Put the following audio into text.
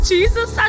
Jesus